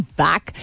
back